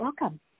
welcome